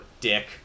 dick